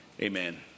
Amen